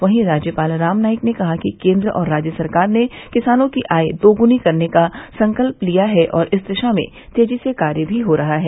वहीं राज्यपाल राम नाईक ने कहा कि केन्द्र और राज्य सरकार ने किसानों की आय दोगुनी करने का संकल्प लिया है और इस दिशा में तेजी से कार्य भी हो रहा है